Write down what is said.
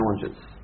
challenges